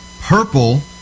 Purple